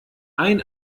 ein